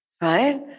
right